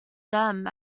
them